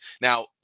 Now